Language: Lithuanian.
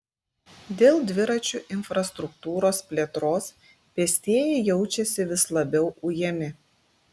dėl dviračių infrastruktūros plėtros pėstieji jaučiasi vis labiau ujami